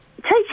Take